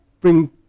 bring